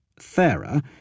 Thera